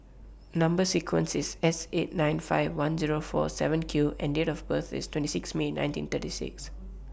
Number sequence IS S eight nine five one Zero four seven Q and Date of birth IS twenty six May nineteen thirty six